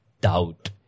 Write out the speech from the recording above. doubt